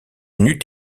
n’eût